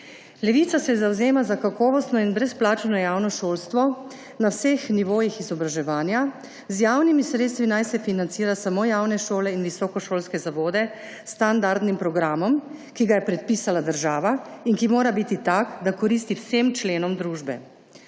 Levica se zavzema za kakovostno in brezplačno javno šolstvo na vseh nivojih izobraževanja. Z javnimi sredstvi naj se financirajo samo javne šole in visokošolski zavodi s standardnim programom, ki ga je predpisala država in mora biti tak, da koristi vsem členom družbe.